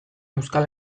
euskal